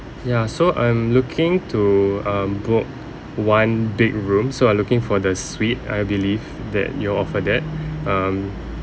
ya so I'm looking to um book one big room so I looking for the suite I believe that you offer that um